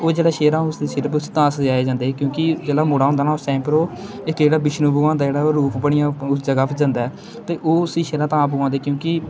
ओह् जेह्ड़ा सेह्रा उसदे सिर उप्पर उस्सी तां सजाया जंदा ही क्योंकि जेह्ड़ा मुड़ा होंदा ना उस टाइम उप्पर ओह् इक जेह्ड़ा बिष्णु भगवान दा जेह्ड़ा ओह् रूप बनियै ओह् उस जगह् उप्पर जंदा ऐ ते ओह् उस्सी सेह्रा तां पुआंदे क्योंकि